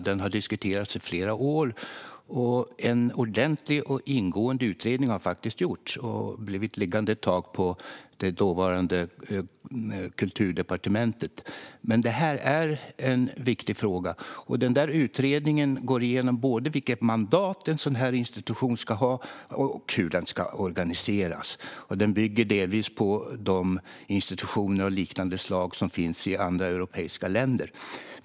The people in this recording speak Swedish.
Den har diskuterats i flera år. En ordentlig och ingående utredning har faktiskt gjorts, som har blivit liggande ett tag på det dåvarande Kulturdepartementet. Men det är en viktig fråga, och utredningen går igenom både vilket mandat en sådan här institution ska ha och hur institutionen ska organiseras. Det bygger delvis på de institutioner av liknande slag som finns i andra europeiska länder.